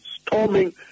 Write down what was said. storming